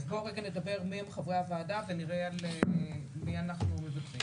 אז בוא רגע נדבר על מי הם חברי הוועדה ונראה על מי אנחנו מוותרים.